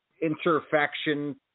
inter-faction